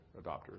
adopters